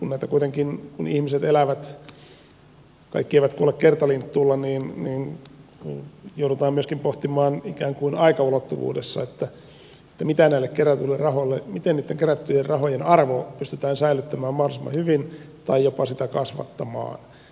ihmiset elävät kaikki eivät kuole kertalinttuulla niin joudutaan myöskin pohtimaan ikään kuin aikaulottuvuudessa miten näiden kerättyjen rahojen arvo pystytään säilyttämään mahdollisimman hyvin tai jopa sitä kasvattamaan